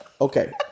Okay